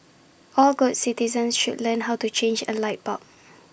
all good citizens should learn how to change A light bulb